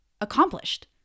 accomplished